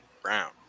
Brown